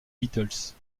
beatles